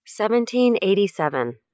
1787